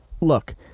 look